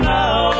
now